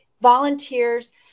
Volunteers